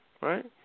Right